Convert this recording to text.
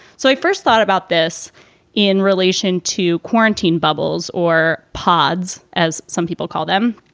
so i first thought about this in relation to quarantine bubbles or pods, as some people call them.